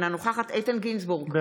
אינה נוכחת איתן גינזבורג,